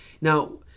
Now